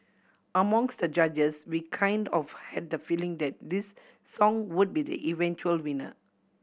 amongst the judges we kind of had the feeling that this song would be the eventual winner